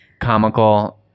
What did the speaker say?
comical